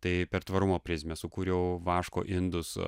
tai per tvarumo prizmę sukūriau vaško indus